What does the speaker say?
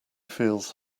feels